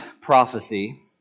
prophecy